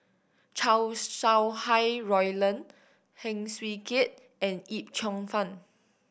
Chow Sau Hai Roland Heng Swee Keat and Yip Cheong Fun